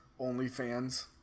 OnlyFans